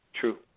True